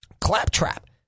claptrap